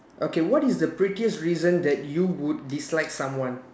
okay what is the prettiest reason that you would dislike someone